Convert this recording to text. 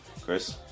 Chris